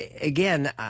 Again